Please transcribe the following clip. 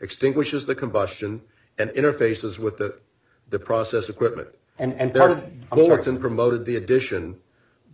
extinguishes the combustion and interfaces with that the process equipment and the owners and promoted the addition